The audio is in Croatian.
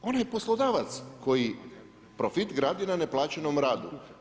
Onaj poslodavac koji profit gradi na neplaćenom radu.